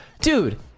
dude